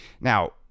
Now